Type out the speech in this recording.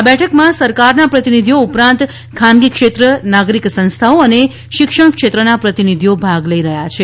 આ બેઠકમાં સરકારના પ્રતિનિધીઓ ઉપરાંત ખાનગી ક્ષેત્ર નાગરિક સંસ્થાઓ તથા શિક્ષણ ક્ષેત્રના પ્રતિનિધીઓ ભાગ લઇ રહ્યા છે